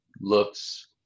looks